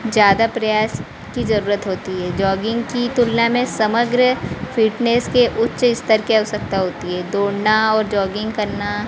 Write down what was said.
ज़्यादा प्रयास की जरूरत होती है जॉगिंग की तुलना में समग्र फ़िटनेस के उच्च स्तर की आवश्यकता होती है दौड़ना और जॉगिंग करना